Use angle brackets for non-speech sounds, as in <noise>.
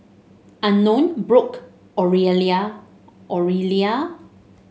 Unknown Brock <unintelligible> Orelia